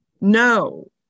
No